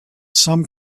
some